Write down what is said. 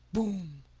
boom.